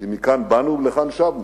כי מכאן באנו ולכאן שבנו.